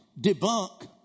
debunk